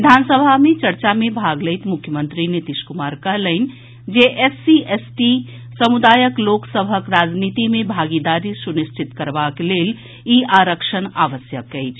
विधानसभा मे चर्चा मे भाग लैत मुख्यमंत्री नीतीश कुमार कहलनि जे एससी एसटी समुदायक लोक सभक राजनीति मे भागीदारी सुनिश्चित करबाक लेल ई आरक्षण आवश्यक अछि